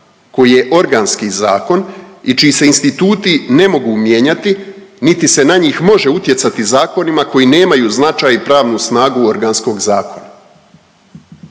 koji je organski zakon i čiji se instituti ne mogu mijenjati niti se na njih može utjecati zakonima koji nemaju značaj i pravnu snagu organskog zakona.